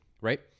right